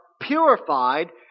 purified